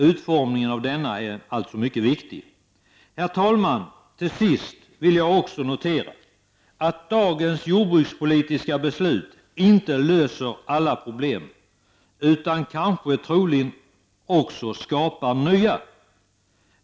Utformningen av denna är således mycket viktig. Herr talman! Till sist vill jag också notera att dagens jordbrukspolitiska beslut inte löser alla problem, utan troligen också skapar nya.